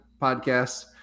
podcast